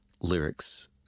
lyrics